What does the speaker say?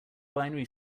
binary